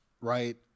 right